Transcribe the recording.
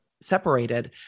separated